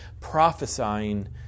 prophesying